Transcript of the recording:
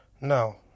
No